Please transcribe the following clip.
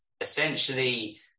essentially